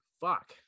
Fuck